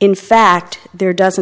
in fact there doesn't